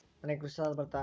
ನನಗೆ ಕೃಷಿ ಸಾಲ ಬರುತ್ತಾ?